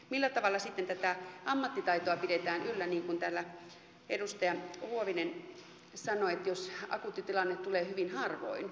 millä tavalla sitten tätä ammattitaitoa pidetään yllä niin kuin täällä edustaja huovinen sanoi että jos akuutti tilanne tulee hyvin harvoin